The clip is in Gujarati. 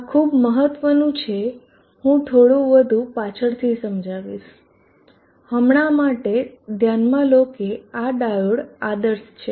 આ ખૂબ મહત્વનું છે હું થોડુ વધુ પાછળથી સમજાવીશ હમણા માટે ધ્યાનમાં લો કે આ ડાયોડ આદર્શ છે